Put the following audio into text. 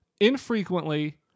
infrequently